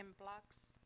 blocks